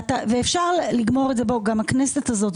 גם הכנסת הזו,